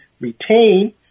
retain